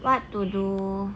what to do